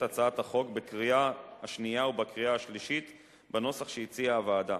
הצעת החוק בקריאה שנייה ובקריאה שלישית בנוסח שהציעה הוועדה.